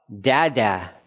Dada